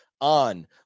on